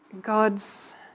God's